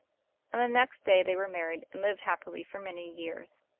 and the next day they were married and lived happily for many years.